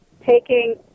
taking